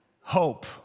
Hope